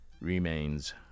remains